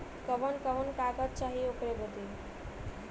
कवन कवन कागज चाही ओकर बदे?